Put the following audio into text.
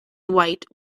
white